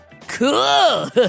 Cool